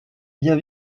bien